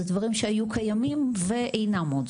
זה דברים שהיו קיימים ואינם עוד,